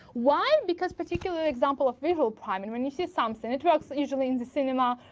why? because particular example of visual priming, when you see something, it works usually in the cinema,